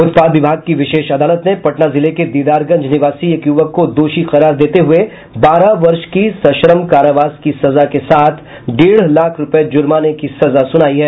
उत्पाद विभाग की विशेष अदालत ने पटना जिले के दीदारगंज निवासी एक युवक को दोषी करार देते हुये बारह वर्ष की सश्रम कारावास की सजा के साथ डेढ़ लाख रुपये जुर्माने की सजा सुनाई है